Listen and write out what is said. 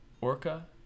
Orca